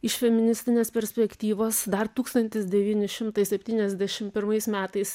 iš feministinės perspektyvos dar tūkstantis devyni šimtai septyniasdešim pirmais metais